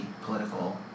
political